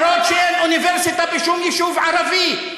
גם אם אין אוניברסיטה בשום יישוב ערבי,